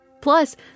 Plus